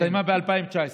הסתיימה ב-2019.